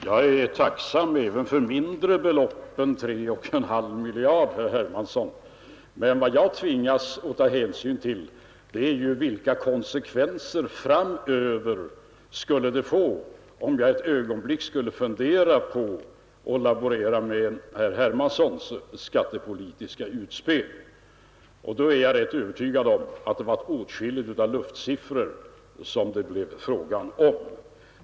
Herr talman! Jag är tacksam även för mindre belopp än 3 miljarder, herr Hermansson, men vad jag tvingas ta hänsyn till är ju vilka konsekvenser det skulle kunna få framöver, om jag ett ögonblick funderade på att laborera med herr Hermanssons skattepolitiska utspel. Jag är rätt övertygad om att det då blev fråga om åtskilliga luftsiffror.